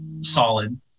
solid